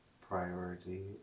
priority